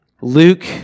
Luke